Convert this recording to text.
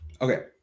Okay